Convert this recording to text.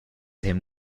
him